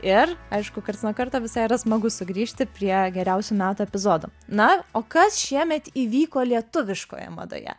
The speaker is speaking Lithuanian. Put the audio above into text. ir aišku karts nuo karto visai yra smagu sugrįžti prie geriausių metų epizodo na o kas šiemet įvyko lietuviškoje madoje